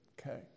Okay